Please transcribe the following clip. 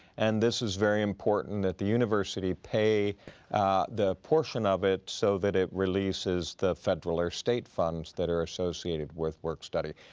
and this is very important that the university pay the portion of it so that it releases the federal or state funds that are associated with work study.